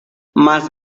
más